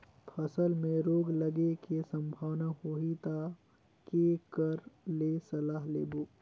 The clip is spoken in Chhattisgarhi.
फसल मे रोग लगे के संभावना होही ता के कर ले सलाह लेबो?